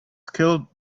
scaled